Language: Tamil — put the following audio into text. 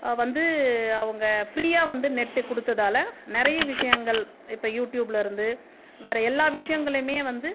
வந்து அவங்க ஃப்ரீயாக வந்து நெட்டு கொடுத்ததால நிறைய விஷயங்கள் இப்போ யூட்யூப்லிருந்து வேற எல்லா விஷயங்களுமே வந்து